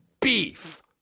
beef